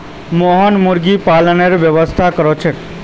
मोहन मुर्गी पालनेर व्यवसाय कर छेक